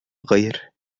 غير